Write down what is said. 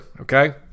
okay